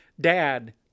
Dad